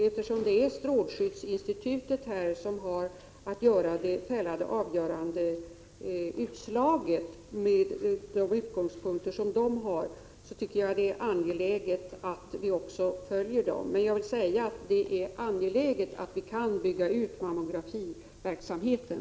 Eftersom det är strålskyddsinstitutet som från sina utgångspunkter har att fälla det avgörande utslaget är det viktigt att vi också följer institutets beslut. Men jag vill säga att det är angeläget att vi kan bygga ut mammografiverksamheten.